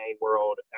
world